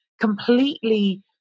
completely